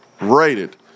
rated